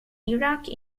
iraqi